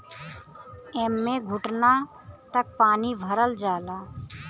एम्मे घुटना तक पानी भरल जाला